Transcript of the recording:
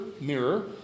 Mirror